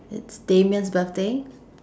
it's damian's birthday